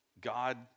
God